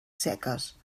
seques